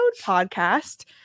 podcast